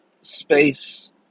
space